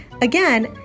Again